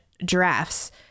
giraffes